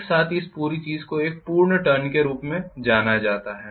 एक साथ इस पूरी चीज़ को एक पूर्ण टर्न के रूप में जाना जाता है